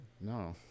No